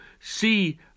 see